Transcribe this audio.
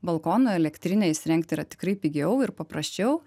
balkono elektrinę įsirengti yra tikrai pigiau ir paprasčiau